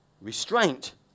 restraint